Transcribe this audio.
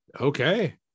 Okay